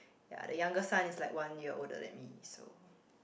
ya the younger son is like one year older than me so